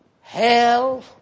hell